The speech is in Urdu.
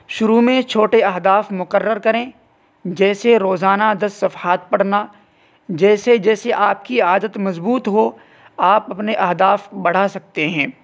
شروع میں چھوٹے اہداف مقرر کریں جیسے روزانہ دس صفحات پڑھنا جیسے جیسے آپ کی عادت مضبوط ہو آپ اپنے اہداف بڑھا سکتے ہیں